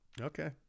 Okay